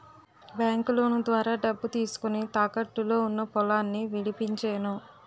బాంకులోను ద్వారా డబ్బు తీసుకొని, తాకట్టులో ఉన్న పొలాన్ని విడిపించేను